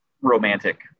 romantic